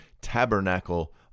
tabernacle